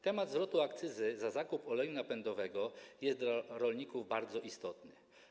Temat zwrotu akcyzy za zakup oleju napędowego jest dla rolników bardzo istotny.